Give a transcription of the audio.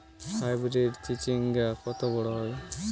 Hybrid চিচিংঙ্গা কত বড় হয়?